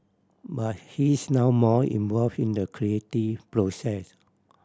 but he's now more involve in the creative process